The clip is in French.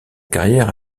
carrière